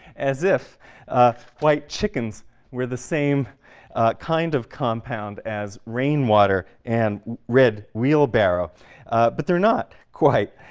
as if white chickens were the same kind of compound as rainwater and red wheelbarrow. but they're not quite,